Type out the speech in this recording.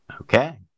Okay